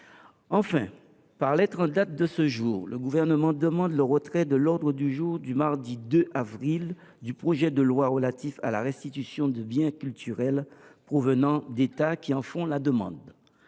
Enfin, par lettre en date de ce jour, le Gouvernement demande le retrait de l’ordre du jour du mardi 2 avril du projet de loi relatif à la restitution de biens culturels provenant d’États qui en font la demande.